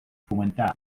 fomentar